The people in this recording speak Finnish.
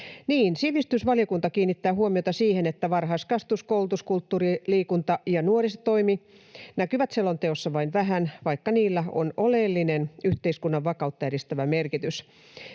sivistysvaliokunta kiinnittää huomiota siihen, että varhaiskasvatus, koulutus, kulttuuri, liikunta ja nuorisotoimi näkyvät selonteossa vain vähän, vaikka niillä on oleellinen yhteiskunnan vakautta edistävä merkitys.